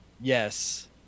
Yes